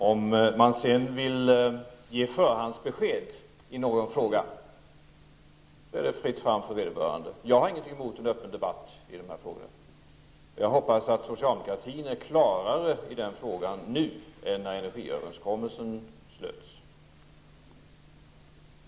Om någon däremot vill ge förhandsbesked i någon fråga är det fritt fram för vederbörande. Jag har ingenting emot en öppen debatt i de här frågorna. Jag hoppas att socialdemokratin är klarare i det avseendet nu än när energiöverenskommelsen beslöts.